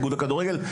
איגוד הכדורגל,